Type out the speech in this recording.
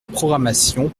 programmation